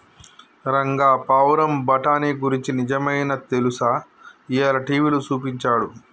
రంగా పావురం బఠానీ గురించి నిజమైనా తెలుసా, ఇయ్యాల టీవీలో సూపించాడు